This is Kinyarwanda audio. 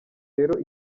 rero